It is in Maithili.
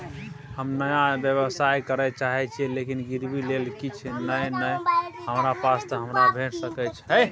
हम नया व्यवसाय करै चाहे छिये लेकिन गिरवी ले किछ नय ये हमरा पास त हमरा भेट सकै छै?